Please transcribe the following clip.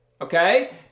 okay